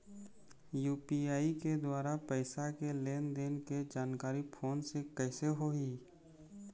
UPI के द्वारा पैसा के लेन देन के जानकारी फोन से कइसे होही?